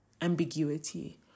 Ambiguity